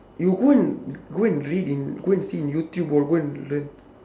you go and go and read in go and see in YouTube or go and learn